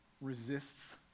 resists